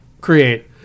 create